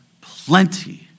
plenty